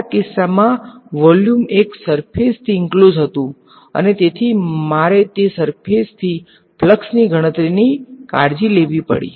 આ કિસ્સામાં વોલ્યુમ એક સર્ફેસ થી ઈંક્લોઝ હતુ અને તેથી મારે તે સર્ફેસ થી ફ્લક્સની ગણતરી ની કાળજી લેવી પડી